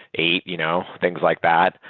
eight, you know things like that.